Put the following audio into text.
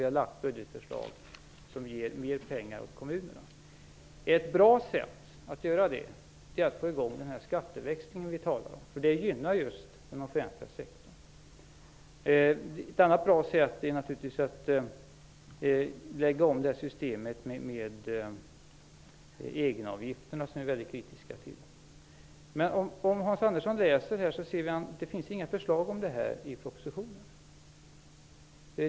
Vi har lagt fram budgetförslag som ger mer pengar till kommunerna. Ett bra sätt att göra det är att få i gång den skatteväxling vi talar om. Den gynnar just den offentliga sektorn. Ett annat bra sätt är naturligtvis att lägga om systemet med egenavgifterna, som vi är mycket kritiska till. Om Hans Andersson läser ser han att det inte finns några förslag om detta i propositionen.